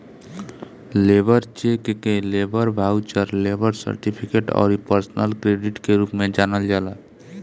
labour cheque के labour voucher, labour certificate अउरी personal credit के रूप में जानल जाला